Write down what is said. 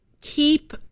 keep